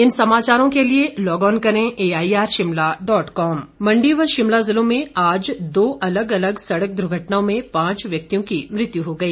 दुर्घटना मण्डी व शिमला जिलों में आज दो अलग अलग सड़क द्रर्घटनाओं में पांच व्यक्तियों की मृत्यु हो गई